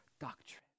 doctrine